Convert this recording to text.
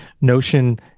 notion